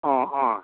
অঁ অঁ